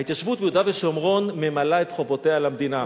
ההתיישבות ביהודה ושומרון ממלאה את חובותיה למדינה,